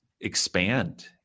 expand